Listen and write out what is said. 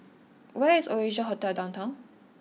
where is Oasia Hotel Downtown